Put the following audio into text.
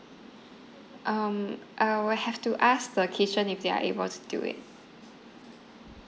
um I will have to ask the kitchen if they are able to do it